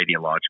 radiological